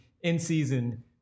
in-season